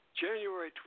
January